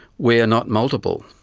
we are not multiple.